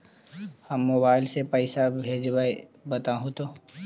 हम मोबाईल से पईसा भेजबई बताहु तो?